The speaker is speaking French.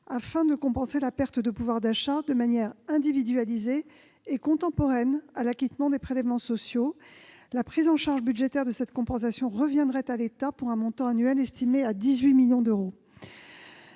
afin de compenser la perte de pouvoir d'achat de manière individualisée et contemporaine à l'acquittement des prélèvements sociaux. La prise en charge budgétaire de cette compensation reviendrait à l'État, pour un montant annuel estimé à 18 millions d'euros.